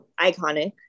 iconic